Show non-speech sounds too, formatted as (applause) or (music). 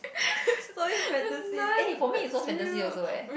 (laughs) it's always fantasies eh for me isalso fantasies also eh